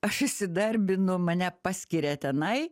aš įsidarbinu mane paskiria tenai